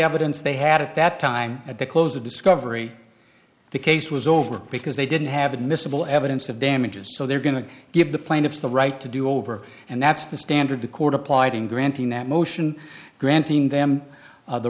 evidence they had at that time at the close of discovery the case was over because they didn't have admissible evidence of damages so they're going to give the plaintiffs the right to do over and that's the standard the court applied in granting that motion granting them